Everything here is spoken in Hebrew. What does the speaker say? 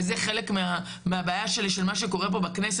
וזה חלק מהבעיה שלי עם מה שקורה פה בכנסת,